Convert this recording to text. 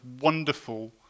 wonderful